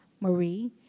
Marie